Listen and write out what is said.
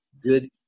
good